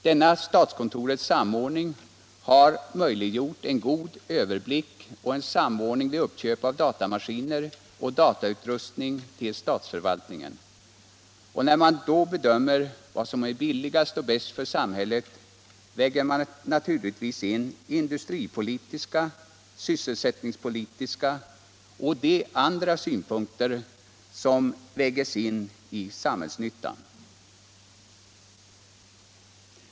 Denna statskontorets samordning har möjliggjort en god överblick och samordning vid uppköp av datamaskiner och datautrustning. När man då bedömer vad som är billigast och bäst för samhället lägger man naturligtvis in industripolitiska, sysselsättningspolitiska och de andra synpunkter som vägs in i samhällsnyttan.